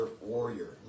warrior